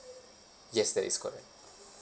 yes that is correct